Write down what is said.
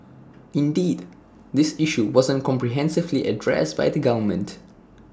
indeed this issue wasn't comprehensively addressed by the government